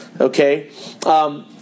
okay